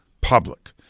public